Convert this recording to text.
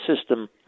system